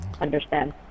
understand